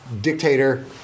dictator